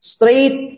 Straight